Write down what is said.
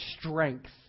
strength